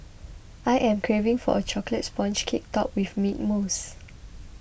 I am craving for a Chocolate Sponge Cake Topped with Mint Mousse